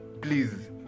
please